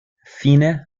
fine